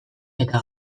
eta